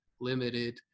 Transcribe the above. Limited